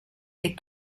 les